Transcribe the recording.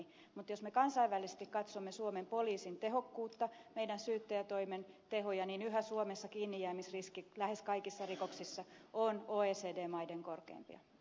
mutta jos me kansainvälisesti katsomme suomen poliisin tehokkuutta syyttäjätoimen tehoja niin yhä suomessa kiinnijäämisriski lähes kaikissa rikoksissa on oecd maiden korkeimpia